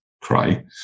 cry